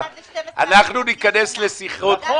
אנחנו נתכנס לשיחות ----- נכון.